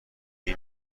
این